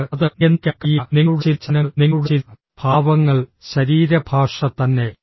നിങ്ങൾക്ക് അത് നിയന്ത്രിക്കാൻ കഴിയില്ല നിങ്ങളുടെ ചില ചലനങ്ങൾ നിങ്ങളുടെ ചില ഭാവങ്ങൾ ശരീരഭാഷ തന്നെ